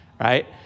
right